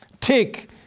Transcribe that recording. Tick